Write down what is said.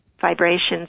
vibrations